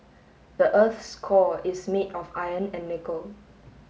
the earth's core is made of iron and nickel